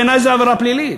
בעיני זה עבירה פלילית,